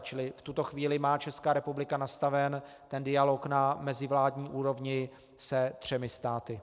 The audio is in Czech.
Čili v tuto chvíli má Česká republika nastaven dialog na mezivládní úrovni se třemi státy.